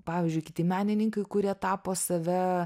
pavyzdžiui kiti menininkai kurie tapo save